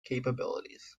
capabilities